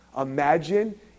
Imagine